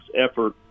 effort